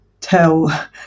tell